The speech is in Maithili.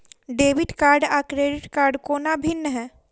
डेबिट कार्ड आ क्रेडिट कोना भिन्न है?